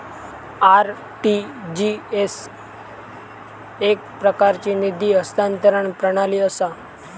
RTGS एकप्रकारची निधी हस्तांतरण प्रणाली असा